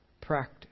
practice